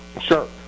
Sure